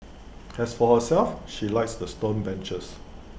as for herself she likes the stone benches